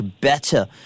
better